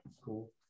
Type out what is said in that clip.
cool